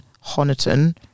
honiton